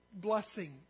blessing